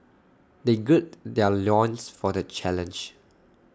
they gird their loins for the challenge